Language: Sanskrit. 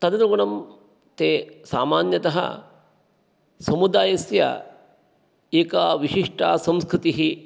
तदनुगुणं ते सामान्यतः समुदायस्य एका विशिष्टा संस्कृतिः